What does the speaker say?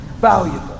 valuable